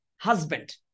husband